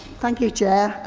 thank you, chair.